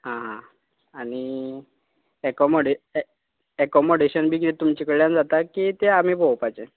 आं आं आनी एकॉमॉडे ए एकॉमॉडेशन बी किदें तुमचे कडल्यान जाता की तें आमी पोवोपाचें